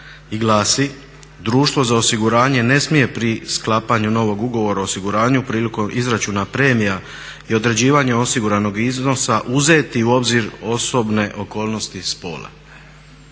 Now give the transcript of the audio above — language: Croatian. i glasi: "Društvo za osiguranje ne smije pri sklapanju novog ugovora o osiguranju prilikom izračuna premija i određivanje osiguranog iznosa uzeti u obzir osobne okolnosti spola.